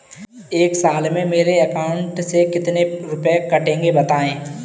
एक साल में मेरे अकाउंट से कितने रुपये कटेंगे बताएँ?